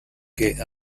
que